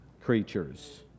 creatures